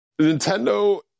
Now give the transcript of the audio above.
Nintendo